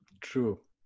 True